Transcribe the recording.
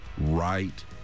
right